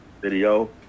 video